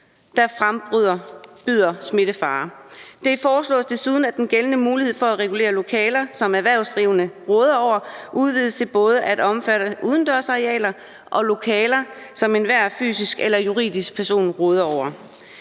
der frembyder smittefare. Det foreslås desuden, at den gældende mulighed for at regulere lokaler, som erhvervsdrivende råder over, udvides til både at omfatte udendørsarealer og lokaler, som enhver fysisk eller juridisk person råder over.